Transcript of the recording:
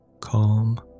Calm